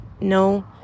no